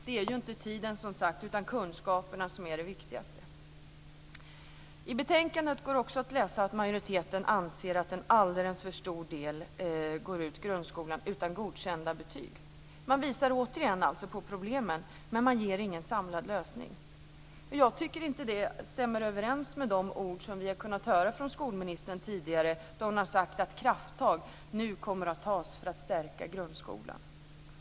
Det är ju inte tiden, som sagt, utan kunskaperna som är det viktigaste. I betänkandet går det också att läsa att majoriteten anser att en alldeles för stor del av eleverna går ut grundskolan utan godkända betyg. Man visar återigen på problemen, men man ger ingen samlad lösning. Och jag tycker inte att det stämmer överens med de ord som vi har kunnat höra från skolministern tidigare, då hon har sagt att krafttag nu kommer att tas för att stärka grundskolan.